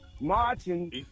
Marching